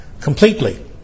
completely